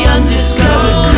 Undiscovered